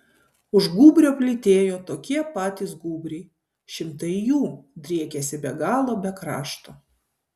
už gūbrio plytėjo tokie patys gūbriai šimtai jų driekėsi be galo be krašto